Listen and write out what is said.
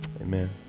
Amen